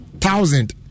Thousand